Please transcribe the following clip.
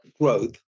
growth